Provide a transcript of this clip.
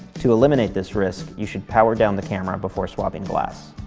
to eliminate this risk, you should power down the camera before swapping glass.